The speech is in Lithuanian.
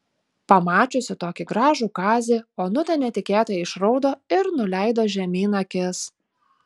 pamačiusi tokį gražų kazį onutė netikėtai išraudo ir nuleido žemyn akis